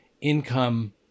income